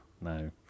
No